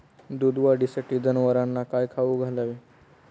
दूध वाढीसाठी जनावरांना काय खाऊ घालावे?